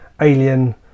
alien